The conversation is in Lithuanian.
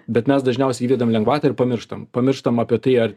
bet mes dažniausiai įvedam lengvatą ir pamirštam pamirštam apie tai ar